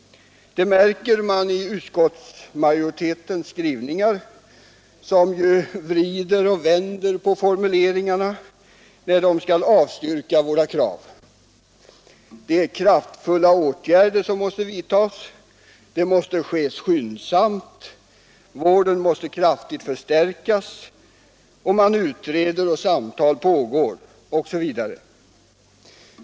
Det märker man i utskottsmajoritetens skrivningar. Utskottet vrider och vänder på formuleringarna, när det avstyrker våra krav: kraftfulla åtgärder måste vidtas, de måste ske skyndsamt, vården måste kraftigt förstärkas, man utreder, samtal pågår osv.